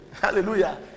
Hallelujah